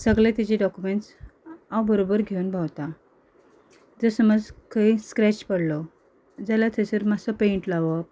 सगले तिजे डॉक्युमेंट्स हांव बरोबर घेवन भोंवता जर समज खंयी स्क्रॅच पडलो जाल्यार थंयसर मातसो पेंट लावप